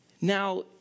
Now